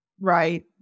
right